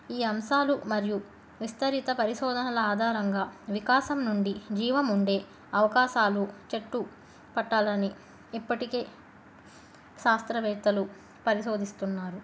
ఈ అంశాలు మరియు విస్తరిత పరిశోధనల ఆధారంగా వికాసం నుండి జీవం ఉండే అవకాశాలు చెట్టు పట్టాలని ఇప్పటికే శాస్త్రవేత్తలు పరిశోధిస్తున్నారు